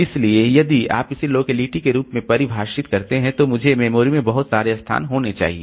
इसलिए यदि आप इसे लोकेलिटी के रूप में परिभाषित करते हैं तो मुझे मेमोरी में बहुत सारे स्थान होने चाहिए